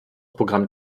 programm